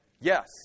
Yes